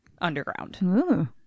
underground